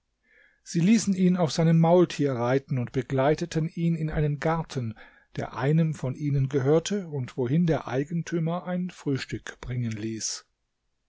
sie ließen ihn auf seinem maultier reiten und begleiteten ihn in einen garten der einem von ihnen gehörte und wohin der eigentümer ein frühstück bringen ließ